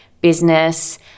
business